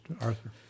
Arthur